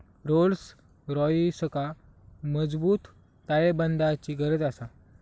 Rolls रॉइसका मजबूत ताळेबंदाची गरज आसा